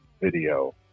Video